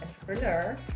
entrepreneur